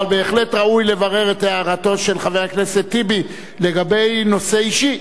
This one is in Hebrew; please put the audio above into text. אבל בהחלט ראוי לברר את הערתו של חבר הכנסת טיבי לגבי הנושא האישי,